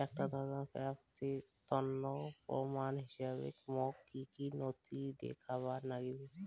একটা ঋণ প্রাপ্তির তন্ন প্রমাণ হিসাবে মোক কী কী নথি দেখেবার নাগিবে?